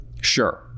Sure